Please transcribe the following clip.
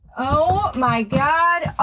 oh my god! oh